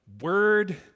Word